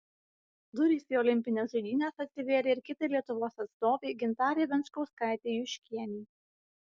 durys į olimpines žaidynes atsivėrė ir kitai lietuvos atstovei gintarei venčkauskaitei juškienei